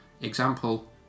Example